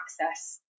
access